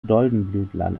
doldenblütlern